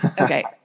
Okay